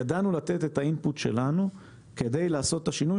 ידענו לתת את האינפוט שלנו כדי לעשות את השינוי,